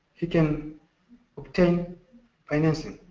he can obtain financing.